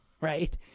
right